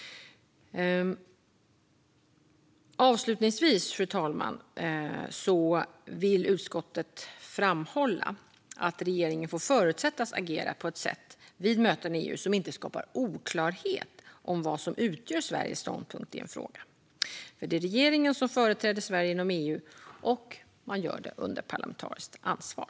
Avslutningsvis, fru talman, vill utskottet framhålla att regeringen vid möten i EU får förutsättas agera på ett sätt som inte skapar oklarhet om vad som utgör Sveriges ståndpunkt i en fråga. Det är regeringen som företräder Sverige inom EU, och man gör det under parlamentariskt ansvar.